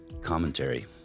commentary